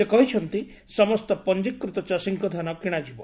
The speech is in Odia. ସେ କହିଛନ୍ତି ସମସ୍ତ ପଞିକୃତ ଚାଷୀଙ୍କ ଧାନ କିଶାଯିବ